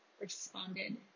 responded